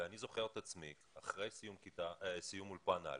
אני זוכר את עצמי, אחרי סיום אולפן א',